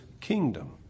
kingdom